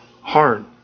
hard